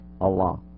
Allah